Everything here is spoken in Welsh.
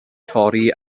torri